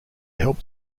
help